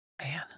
Man